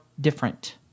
different